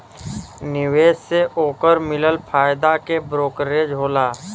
निवेश से ओकर मिलल फायदा के ब्रोकरेज होला